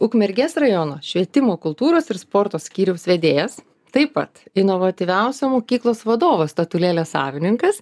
ukmergės rajono švietimo kultūros ir sporto skyriaus vedėjas taip pat inovatyviausio mokyklos vadovo statulėlės savininkas